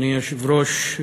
אדוני היושב-ראש,